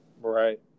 Right